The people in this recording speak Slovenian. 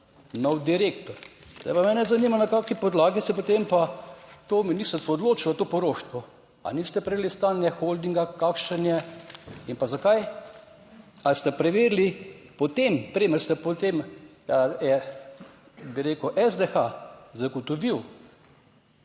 nov direktor. Zdaj pa mene zanima na kakšni podlagi se je potem pa to ministrstvo odločilo to poroštvo? Ali niste prejeli stanje holdinga, kakšen je? In pa zakaj? Ali ste preverili, po tem preden je potem, bi rekel, SDH zagotovil